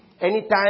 Anytime